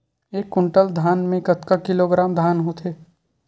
एक कुंटल धान में कतका किलोग्राम धान होथे?